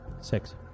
Six